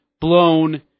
blown